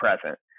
present